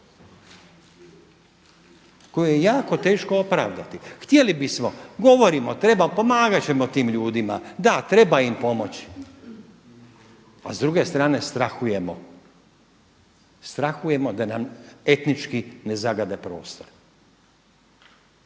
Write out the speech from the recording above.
koju je jako teško opravdati. Htjeli bismo, govorimo treba pomagat ćemo tim ljudima, da treba im pomoći, a s druge strane strahujemo da nam etnički ne zagade prostor.